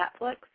Netflix